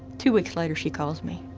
two weeks later she calls me